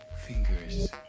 fingers